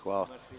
Hvala.